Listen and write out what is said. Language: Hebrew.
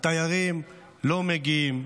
התיירים לא מגיעים,